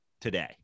today